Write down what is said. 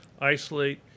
isolate